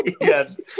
Yes